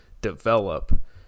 develop